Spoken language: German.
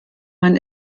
man